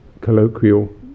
colloquial